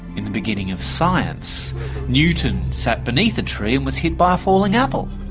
in the beginning of science newton sat beneath a tree and was hit by a falling apple!